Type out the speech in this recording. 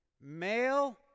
Male